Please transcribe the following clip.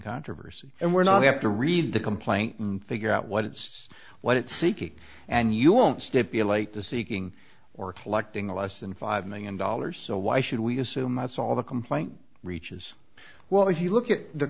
controversy and we're not have to read the complaint and figure out what it's what it seeking and you won't stipulate to seeking or collecting less than five million dollars so why should we assume that's all the complaint reaches well if you look at the